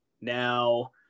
now